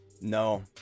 No